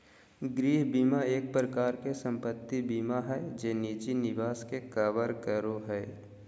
गृह बीमा एक प्रकार से सम्पत्ति बीमा हय जे निजी निवास के कवर करो हय